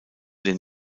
den